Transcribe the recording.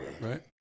Right